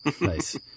Nice